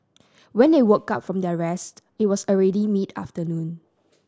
when they woke up from their rest it was already mid afternoon